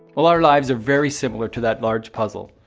well, our lives are very similar to that large puzzle.